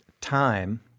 time